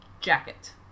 jacket